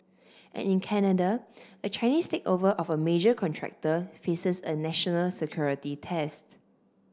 and in Canada a Chinese takeover of a major contractor faces a national security test